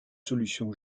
solution